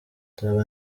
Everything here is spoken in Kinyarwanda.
nzaba